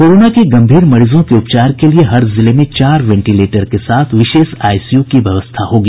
corona के गम्भीर मरीजों के उपचार के लिए हर जिले में चार वेंटिलेटर के साथ विशेष आईसीयू की व्यवस्था होगी